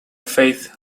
faith